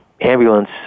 ambulance